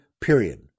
period